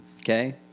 okay